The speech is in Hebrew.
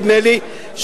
נדמה לי,